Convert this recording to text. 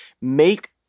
make